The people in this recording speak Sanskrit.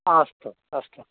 अस्तु अस्तु